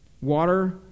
Water